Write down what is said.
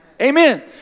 Amen